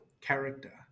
character